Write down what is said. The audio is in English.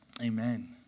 amen